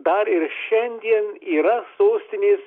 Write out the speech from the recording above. dar ir šiandien yra sostinės